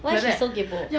why she so kaypoh